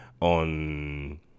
on